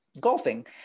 golfing